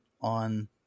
on